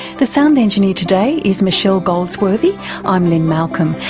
the sound engineer today is michelle goldsworthy i'm lynne malcolm,